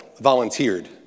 volunteered